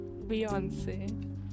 Beyonce